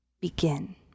begin